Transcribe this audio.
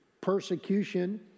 persecution